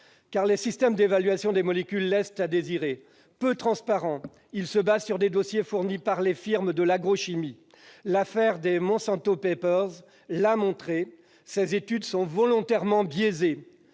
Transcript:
Or les systèmes d'évaluation des molécules laissent à désirer. Peu transparents, ils se basent sur des dossiers fournis par les firmes de l'agrochimie. L'affaire des « Monsanto papers » l'a montré : ces études sont volontairement biaisées